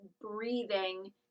breathing